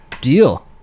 deal